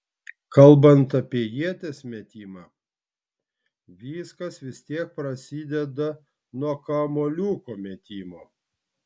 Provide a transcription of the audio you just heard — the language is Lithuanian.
kalbant apie ieties metimą viskas vis tiek prasideda nuo kamuoliuko metimo